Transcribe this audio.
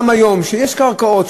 גם היום יש קרקעות,